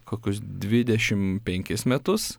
kokius dvidešim penkis metus